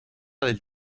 del